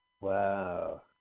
Wow